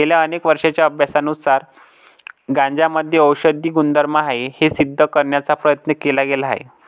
गेल्या अनेक वर्षांच्या अभ्यासानुसार गांजामध्ये औषधी गुणधर्म आहेत हे सिद्ध करण्याचा प्रयत्न केला गेला आहे